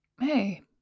hey